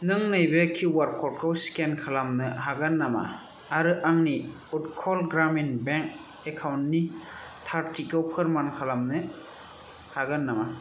नों नैबे किउआर क'डखौ स्केन खलामनो हागोन नामा आरो आंनि उट्कल ग्रामिन बेंक एकाउन्टनि थारथिखौ फोरमान खालामनो हागोन नामा